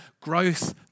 growth